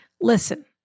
listen